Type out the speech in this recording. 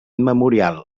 memorial